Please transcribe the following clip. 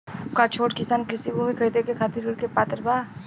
का छोट किसान कृषि भूमि खरीदे के खातिर ऋण के पात्र बा?